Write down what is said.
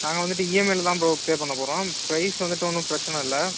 நாங்கள் வந்துட்டு இஎம்ஐயில் தான் ப்ரோ பே பண்ணப் போகிறோம் ப்ரைஸ் வந்துட்டு ஒன்றும் பிரச்சின இல்லை